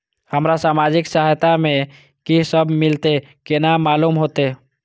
हमरा सामाजिक सहायता में की सब मिलते केना मालूम होते?